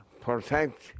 protect